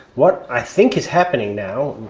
what i think is happening now,